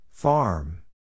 Farm